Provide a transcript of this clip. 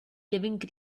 living